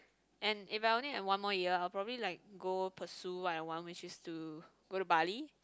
and if I only have one more year I will probably like go pursue what I want which is to go to bali